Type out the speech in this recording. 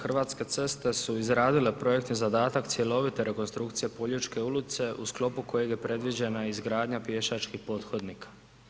Hrvatske ceste su izradile projektni zadatak cjelovite rekonstrukcije Poljičke ulice u sklopu kojeg je predviđena izgradnja pješačkih pothodnika.